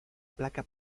placa